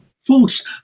Folks